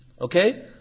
Okay